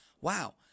wow